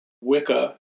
Wicca